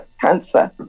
cancer